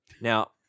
Now